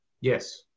Yes